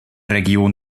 region